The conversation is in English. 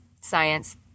science